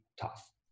tough